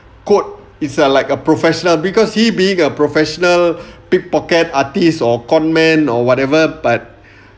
code it's a like a professional because he being a professional pickpocket artist or con men or whatever but